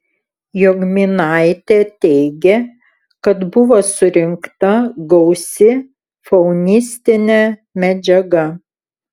jogminaitė teigė kad buvo surinkta gausi faunistinė medžiaga